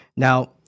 Now